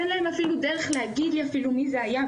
אין להם אפילו דרך להגיד לי מי זה היה,